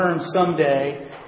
someday